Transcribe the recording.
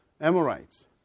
Amorites